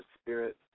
Spirit